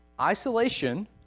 Isolation